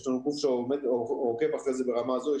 יש לנו גוף שעוקב אחרי זה ברמה הזו.